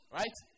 right